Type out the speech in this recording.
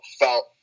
felt